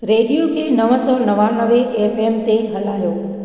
radio खे नव सौ नवानवे एफ एम ते हलायो